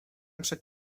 przed